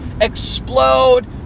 explode